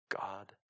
God